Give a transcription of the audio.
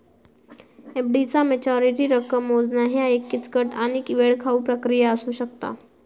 FD चा maturity रक्कम मोजणा ह्या एक किचकट आणि वेळखाऊ प्रक्रिया असू शकता